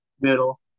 Middle